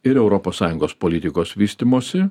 ir europos sąjungos politikos vystymosi